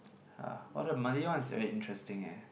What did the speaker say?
uh well the money one is very interesting eh